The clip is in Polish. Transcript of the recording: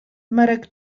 marek